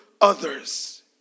others